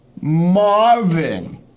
Marvin